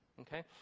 okay